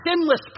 sinless